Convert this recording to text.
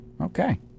Okay